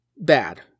Bad